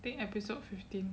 think episode fifteen